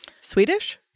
Swedish